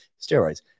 steroids